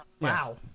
Wow